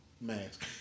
Mask